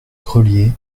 grelier